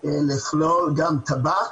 ולכלול גם טבק.